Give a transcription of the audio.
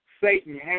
Satan